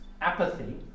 apathy